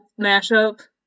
mashup